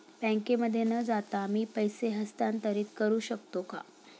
बँकेमध्ये न जाता मी पैसे हस्तांतरित करू शकतो का?